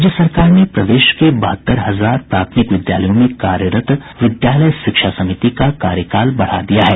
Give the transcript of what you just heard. राज्य सरकार ने प्रदेश के बहत्तर हजार प्राथमिक विद्यालयों में कार्यरत विद्यालय शिक्षा समिति का कार्यकाल बढ़ा दिया है